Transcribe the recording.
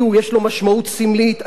אז אפילו את זה לא מוכנים.